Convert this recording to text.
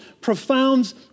profound